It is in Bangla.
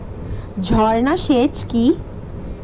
ঝর্না সেচ কি?